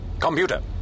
Computer